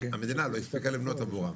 שהמדינה לא הספיקה לבנות עבורם.